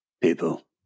People